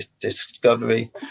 discovery